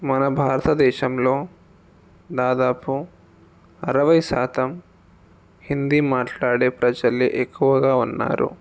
మన భారతదేశంలో దాదాపు అరవై శాతం హిందీ మాట్లాడే ప్రజలే ఎక్కువగా ఉన్నారు